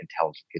Intelligent